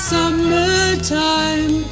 summertime